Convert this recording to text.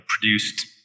produced